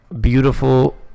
Beautiful